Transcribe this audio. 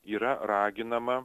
yra raginama